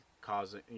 causing